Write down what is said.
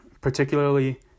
particularly